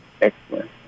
Excellent